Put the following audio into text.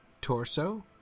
torso